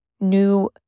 new